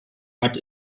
bad